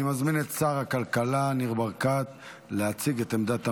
אני מזמין את שר הכלכלה ניר ברקת להציג את עמדת הממשלה.